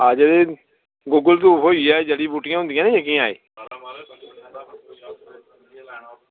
Google धूफ होइया एह् जेह्ड़ियां जड़ी बूटियां होइयां ना एह्